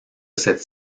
cette